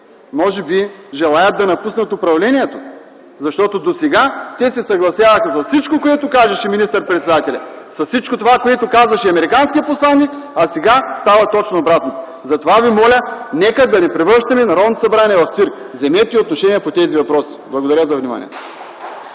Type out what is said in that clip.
може би желаят да напуснат управлението, защото досега се съгласяваха с всичко, което казваше министър-председателят, с всичко онова, което казваше американският посланик, а сега става точно обратното?! Затова Ви моля: нека не превръщаме Народното събрание в цирк! Вземете отношение по тези въпроси! Благодаря за вниманието.